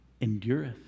endureth